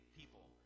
people